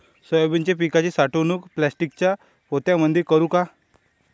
Soybean पिकाची साठवणूक प्लास्टिकच्या पोत्यामंदी करू का?